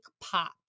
pop